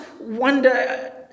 wonder